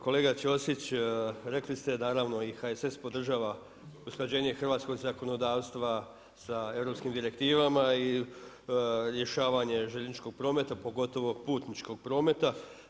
Kolega Ćosić, rekli ste naravno i HSS podržava usklađenje hrvatskog zakonodavstva sa europskim direktivama i rješavanje željezničkog prometa pogotovo putničkog prometa.